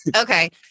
Okay